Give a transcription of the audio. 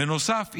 בנוסף,